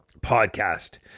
podcast